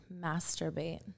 masturbate